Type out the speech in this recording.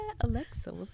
Alexa